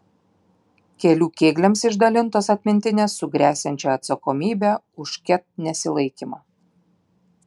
kelių kėgliams išdalintos atmintinės su gresiančia atsakomybe už ket nesilaikymą